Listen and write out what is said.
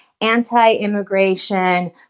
anti-immigration